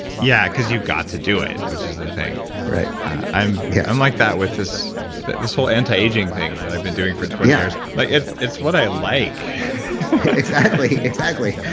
yeah, because you've got to do it, which is the thing right i'm yeah i'm like that with this but this whole anti-aging thing that i've been doing for twenty years. like it's it's what i like exactly. exactly.